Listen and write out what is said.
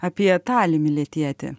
apie talį miletietį